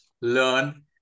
learn